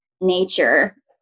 nature